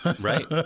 Right